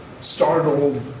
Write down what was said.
startled